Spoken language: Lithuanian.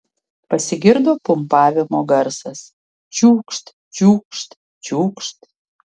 pasigirdo pumpavimo garsas čiūkšt čiūkšt čiūkšt